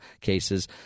cases